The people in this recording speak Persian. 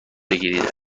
بگیرید